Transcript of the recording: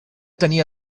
tenir